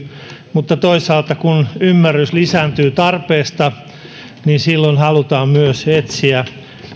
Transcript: mutta toisaalta kun ymmärrys tarpeesta lisääntyy silloin halutaan myös etsiä